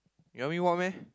you want me walk meh